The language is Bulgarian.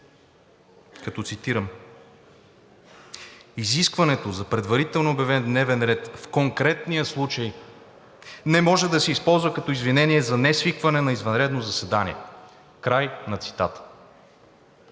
като – цитирам: „Изискването за предварително обявен дневен ред в конкретния случай не може да се използва като извинение за несвикване на извънредно заседание.“ Край на цитата.